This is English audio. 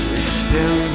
extend